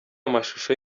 amashusho